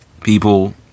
people